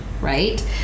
right